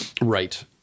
Right